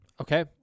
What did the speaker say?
Okay